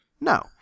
No